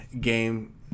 game